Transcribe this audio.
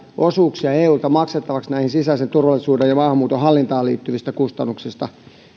osuuksia eulta maksettavaksi näistä sisäisen turvallisuuden ja maahanmuuton hallintaan liittyvistä kustannuksista